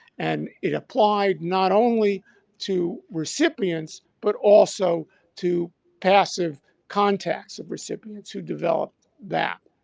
and it applies not only to recipients, but also to passive contacts of recipients who developed that.